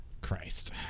Christ